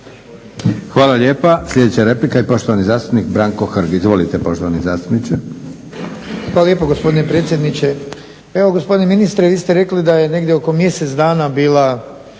Hvala lijepa. Sljedeća replika je poštovani zastupnik Branko Hrg. Izvolite poštovani zastupniče. **Hrg, Branko (HSS)** Hvala lijepo gospodine predsjedniče. Evo gospodine ministre, vi ste rekli da je negdje oko mjesec dana bila